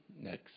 next